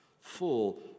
full